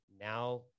now